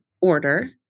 order